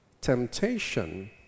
temptation